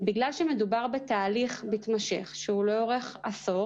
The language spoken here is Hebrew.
בגלל שמדובר בתהליך מתמשך שהוא לאורך עשור